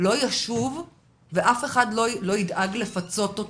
לא ישוב ואף אחד לא ידאג לפצות אותו,